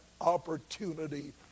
opportunity